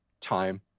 time